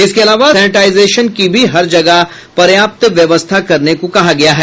इसके अलावा सेनेटाइजेशन की भी हर जगह पर्याप्त व्यवस्था करने को कहा गया है